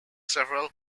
several